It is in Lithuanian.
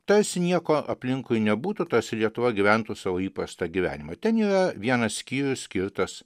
tarsi nieko aplinkui nebūtų tarsi lietuva gyventų savo įprastą gyvenimą ten yra vienas skyrius skirtas